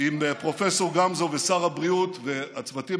עם פרופ' גמזו ושר הבריאות והצוותים